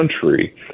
country